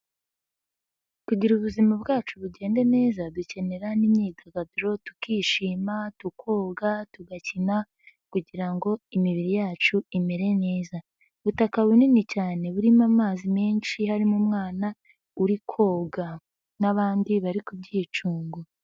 Kugira ubuzima bwacu bugende neza dukenera n'imyidagaduro, tukishima, tukoga, tugakina kugira ngo imibiri yacu imere neza. Ubutaka bunini cyane burimo amazi menshi, harimo umwana uri koga n'abandi bari ku byicungo.